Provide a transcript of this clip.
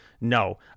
No